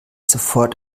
sofort